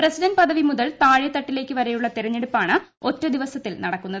president പദവി മുതൽ താഴെ തട്ടിലേക്ക് വരെയുളള തെരഞ്ഞെടുപ്പാണ് ഒറ്റ ദിവസത്തിൽ നടക്കുന്നത്